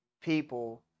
people